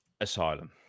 Asylum